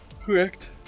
Correct